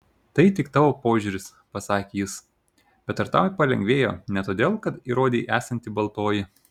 tai tik tavo požiūris pasakė jis bet ar tau palengvėjo ne todėl kad įrodei esanti baltoji